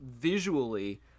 visually